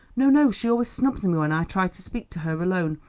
no, no. she always snubs me when i try to speak to her alone.